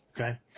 Okay